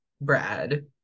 brad